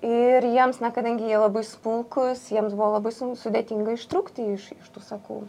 ir jiems na kadangi jie labai smulkūs jiems buvo labai su sudėtinga ištrūkti iš iš tų sakų